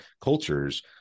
cultures